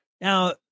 Now